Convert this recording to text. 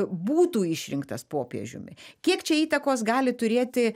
būtų išrinktas popiežiumi kiek čia įtakos gali turėti